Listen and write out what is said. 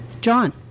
John